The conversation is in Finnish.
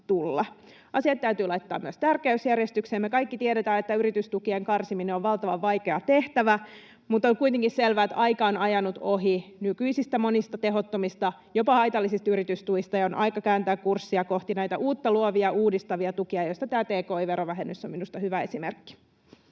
Asiat täytyy laittaa myös tärkeysjärjestykseen. Me kaikki tiedetään, että yritystukien karsiminen on valtavan vaikea tehtävä, mutta on kuitenkin selvää, että aika on ajanut ohi monista nykyisistä, tehottomista, jopa haitallisista yritystuista, ja on aika kääntää kurssia kohti näitä uutta luovia uudistavia tukia, joista tämä tki-verovähennys on minusta hyvä esimerkki.